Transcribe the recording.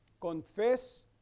confess